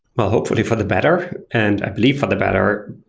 well, hopefully for the better, and i believe for the better.